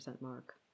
mark